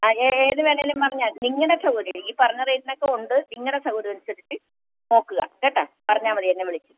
ആ ആ ഏത് വേണമെങ്കിലും പറഞ്ഞാൽ നിങ്ങളുടെ സൗകര്യം ഈ പറഞ്ഞ റെറ്റിനൊക്കെ ഉണ്ട് നിങ്ങളുടെ സൗകര്യം അനുസരിച്ച് നോക്കുക കേട്ടോ പറഞ്ഞാൽ മതി എന്നെ വിളി